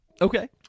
okay